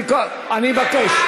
אני מבקש.